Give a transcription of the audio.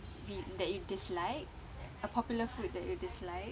be that you dislike a popular food that you dislike